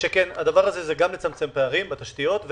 שכן הדבר הזה מצמצם פערים בתשתיות,